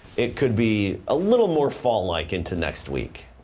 it could be a little more fall like into next week.